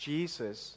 Jesus